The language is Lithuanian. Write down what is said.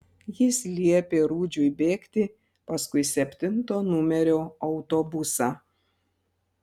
jis liepė rudžiui bėgti paskui septinto numerio autobusą